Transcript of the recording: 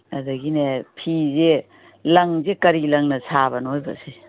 ꯑꯗꯒꯤꯅꯦ ꯐꯤꯁꯦ ꯂꯪꯁꯦ ꯀꯔꯤ ꯂꯪꯅ ꯁꯥꯕꯅꯣꯕꯁꯦ